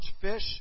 fish